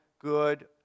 good